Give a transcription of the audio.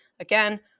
Again